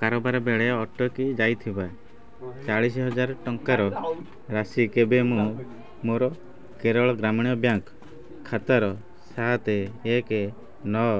କାରବାର ବେଳେ ଅଟକି ଯାଇଥିବା ଚାଳିଶି ହଜାର ଟଙ୍କାର ରାଶି କେବେ ମୁଁ ମୋର କେରଳ ଗ୍ରାମୀଣ ବ୍ୟାଙ୍କ୍ ଖାତାର ସାତ ଏକ ନଅ